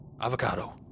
Avocado